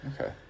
okay